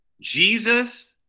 Jesus